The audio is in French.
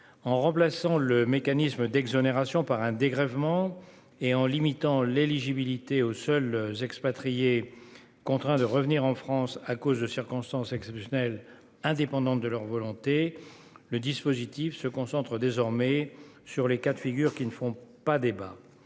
En remplaçant le mécanisme d'exonération par un dégrèvement et en limitant l'éligibilité aux seuls expatriés contraints de revenir en France à cause de circonstances exceptionnelles indépendantes de leur volonté, le dispositif se concentre désormais sur les cas de figure qui ne font pas débat.